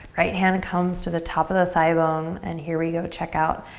right hand comes to the top of the thigh bone and here we go, check out.